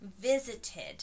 visited